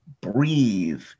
breathe